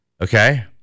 Okay